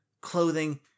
clothing